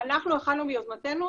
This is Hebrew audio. אנחנו הכנו מיוזמתנו,